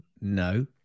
no